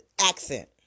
accent